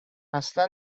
اصلا